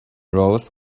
rose